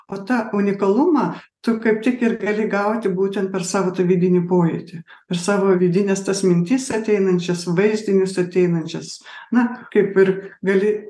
o tą unikalumą tu kaip tik ir gali gauti būtent per savo vidinį pojūtį ir savo vidines tas mintis ateinančias vaizdinius ateinančias na kaip ir gali